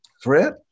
Fred